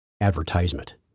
advertisement